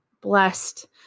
blessed